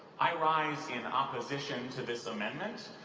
i rise in opposition to this amendment.